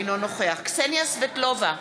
אינו נוכח קסניה סבטלובה,